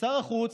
ושר החוץ,